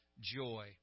joy